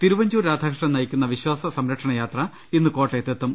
തിരുവഞ്ചൂർ രാധാകൃഷ്ണൻ നയിക്കുന്ന വിശ്വാസ സംരക്ഷ ണയാത്ര ഇന്ന് കോട്ടയത്ത് എത്തും